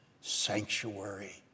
sanctuary